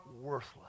worthless